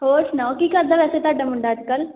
ਹੋਰ ਸੁਣਾਓ ਕੀ ਕਰਦਾ ਵੈਸੇ ਤੁਹਾਡਾ ਮੁੰਡਾ ਅੱਜ ਕੱਲ੍ਹ